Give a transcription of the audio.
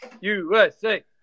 USA